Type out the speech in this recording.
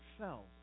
fell